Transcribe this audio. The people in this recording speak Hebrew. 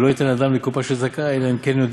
ולא ייתן אדם לתוך קופה של צדקה אלא אם כן הוא